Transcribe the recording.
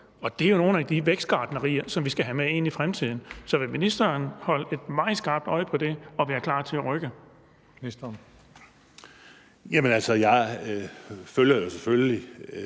Det er jo nogle af de vækstgartnerier, som vi skal have med ind i fremtiden. Så vil ministeren holdt et meget skarpt øje med det og være klar til at rykke? Kl. 17:17 Den fg.